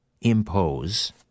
impose